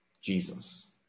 Jesus